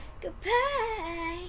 Goodbye